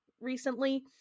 recently